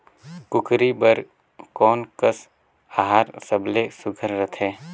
कूकरी बर कोन कस आहार सबले सुघ्घर रथे?